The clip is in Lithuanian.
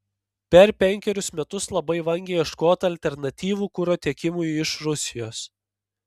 per penkerius metus labai vangiai ieškota alternatyvų kuro tiekimui iš rusijos